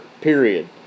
period